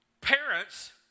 Parents